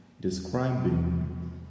describing